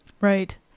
Right